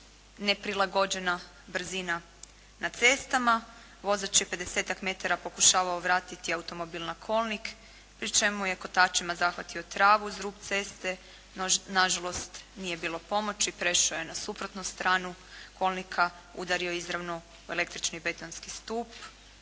neprilagođena brzina na cestama. Vozač je 50-tak metara pokušavao vratiti automobil na kolnik pri čemu je kotačima zahvatio travu uz rub ceste. Na žalost nije bilo pomoći, prešao je na suprotnu stranu kolnika, udario izravno u električni betonski stup.